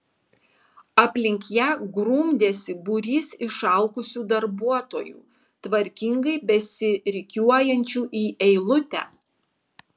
aplink ją grumdėsi būrys išalkusių darbuotojų tvarkingai besirikiuojančių į eilutę